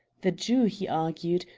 the jew, he argued,